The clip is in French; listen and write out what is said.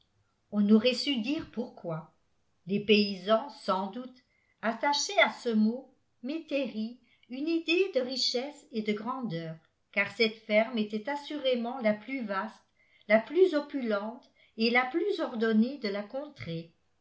on n'aurait su dire pourquoi les paysans sans doute attachaient à ce mot métairie une idée de richesse et de grandeur car cette ferme était assurément la plus vaste la plus opulente et la plus ordonnée de la contrée